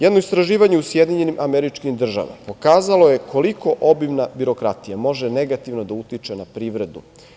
Jedno istraživanje u SAD pokazalo koliko obimna birokratija može negativno da utiče na privredu.